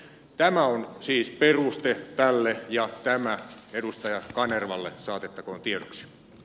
tämä on siis peruste tälle ja tämä edustaja kanervalle saatettakooncios